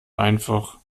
einfach